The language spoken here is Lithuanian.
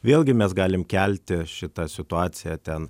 vėlgi mes galim kelti šitą situaciją ten